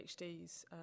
PhDs